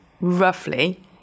roughly